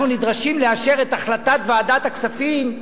אנחנו נדרשים לאשר את החלטת ועדת הכספים,